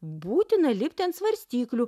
būtina lipti ant svarstyklių